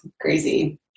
crazy